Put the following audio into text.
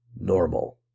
normal